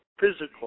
physical